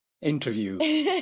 interview